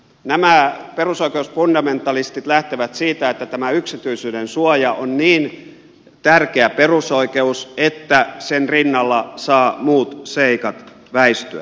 nämä perusoikeusfundamentalistit lähtevät siitä että tämä yksityisyydensuoja on niin tärkeä perusoikeus että sen rinnalla saavat muut seikat väistyä